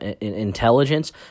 intelligence